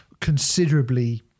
considerably